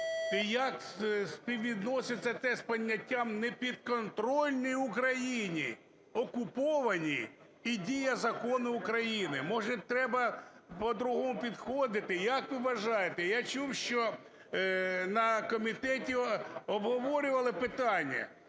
як співвідноситься те з поняттям "непідконтрольні Україні", "окуповані" і "дія закону України"? Може, треба по-другому підходити, як ви вважаєте? Я чув, що на комітеті обговорювали питання,